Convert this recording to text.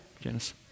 Janice